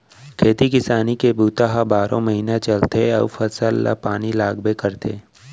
खेती किसानी के बूता ह बारो महिना चलथे अउ फसल ल पानी लागबे करथे